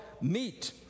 meet